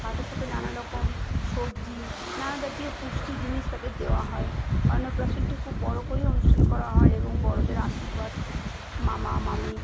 ভাতের সাথে নানা রকম সবজি নানা জাতীয় পুষ্টি জিনিস তাদের দেওয়া হয় অন্নপ্রাশনটি খুব বড় করেই অনুষ্ঠান করা হয় এবং বড়দের আশীর্বাদ মামা মামী